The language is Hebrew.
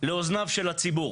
לאוזניו של הציבור.